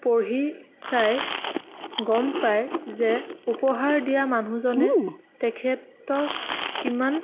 পঢ়ি চাই গম পায় যে উপহাৰ দিয়া মানুহজনে তেখেতক কিমান